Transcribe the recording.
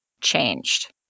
changed